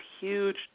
huge